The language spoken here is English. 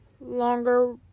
longer